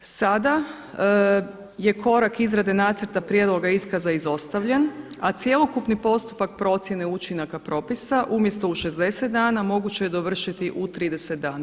Sada je korak izrade nacrta prijedloga iskaza izostavljen, a cjelokupni postupak procjene učinaka propisa umjesto u 60 dana moguće je dovršiti u 30 dana.